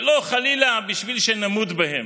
ולא, חלילה, בשביל שנמות בהן.